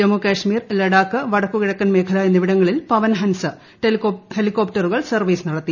ജമ്മു കശ്മീർ ലഡാക്ക് വടക്കു കിഴക്കൻ മേഖല എന്നിവിടങ്ങളിൽ പവൻഹൻസ് ഹെലികോപ്റ്ററുകൾ സർവ്വീസ് നടത്തി